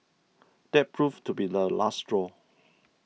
that proved to be the last straw